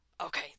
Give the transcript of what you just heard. okay